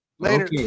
later